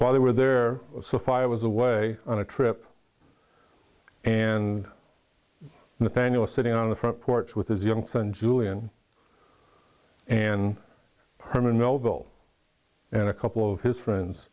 while they were there so if i was away on a trip and nathaniel sitting on the front porch with his young son julian and herman melville and a couple of his friends